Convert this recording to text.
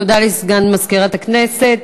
תודה לסגן מזכירת הכנסת.